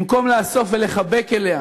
במקום לאסוף ולחבק אליה